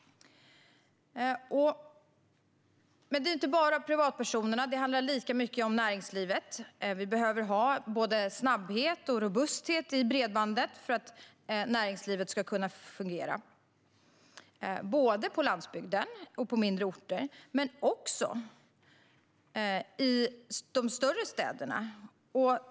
Det är inte bara privatpersonerna, utan det handlar lika mycket om näringslivet. Vi behöver ha snabbhet och robusthet i bredbandet för att näringslivet ska kunna fungera, såväl på landsbygden och på mindre orter som i de större städerna.